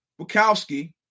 Bukowski